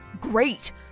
Great